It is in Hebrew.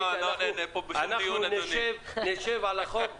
אנחנו נשב על החוק.